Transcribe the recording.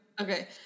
Okay